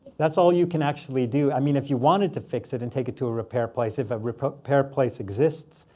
that's all you can actually do. i mean, if you wanted to fix it and take it to a repair place, if a repair place exists,